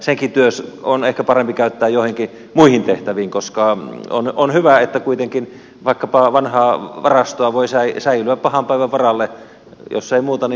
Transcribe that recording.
sekin työ on ehkä parempi käyttää joihinkin muihin tehtäviin koska on hyvä että kuitenkin vaikkapa vanhaa varastoa voi säilyä pahan päivän varalle jos ei muuta niin metallin arvon vuoksi